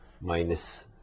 minus